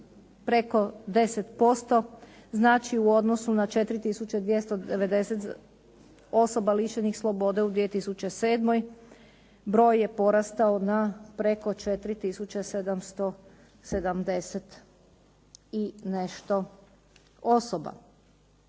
preko 10%. Znači, u odnosu na 4290 osoba lišenih slobode u 2007. broj je porastao na preko 4770 i nešto osoba.